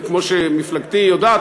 כמו שמפלגתי יודעת,